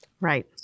Right